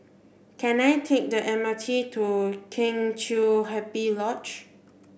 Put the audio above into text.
can I take the M R T to Kheng Chiu Happy Lodge